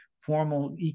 formal